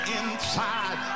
inside